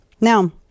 Now